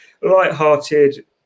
lighthearted